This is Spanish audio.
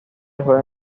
juega